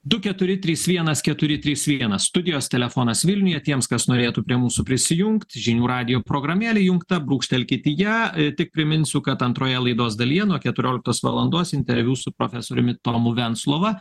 du keturi trys vienas keturi trys vienas studijos telefonas vilniuje tiems kas norėtų prie mūsų prisijungti žinių radijo programėlė įjungta brūkštelkit į ją tik priminsiu kad antroje laidos dalyje nuo keturioliktos valandos interviu su profesoriumi tomu venclova